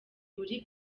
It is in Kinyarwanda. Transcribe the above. muri